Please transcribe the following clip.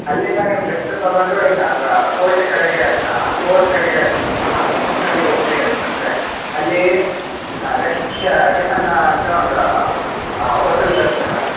ಅಲ್ಲಿಂದ ನೀವು ಲೆಫ್ಟ್ ತಗೊಂಡು ಇನ್ನು ಕೋಟೆ ಕಡೆಗೆ ಫೋರ್ಟ್ ಕಡೆಗೆ ಆ ರೂಟ್ನಲ್ಲಿ ಹೋದ್ರಿ ಅಂತಂದರೆ ಅಲ್ಲಿ ಲಕ್ಷ್ಮೀಶ ಟಿಫನ್ ಅಂತ ಒಂದು ಹೋಟಲ್ ಬರುತ್ತೆ ಮೇಡಮ್